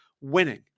winning